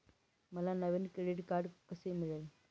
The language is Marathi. मला नवीन क्रेडिट कार्ड कसे मिळेल?